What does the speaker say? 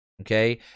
okay